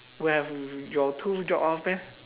will have your tooth drop off meh